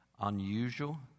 unusual